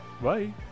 bye